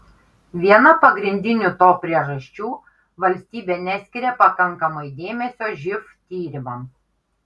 viena pagrindinių to priežasčių valstybė neskiria pakankamai dėmesio živ tyrimams